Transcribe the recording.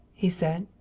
he said.